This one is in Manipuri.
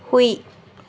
ꯍꯨꯏ